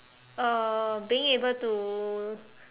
uh being able to